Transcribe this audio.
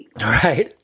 Right